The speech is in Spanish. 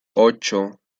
ocho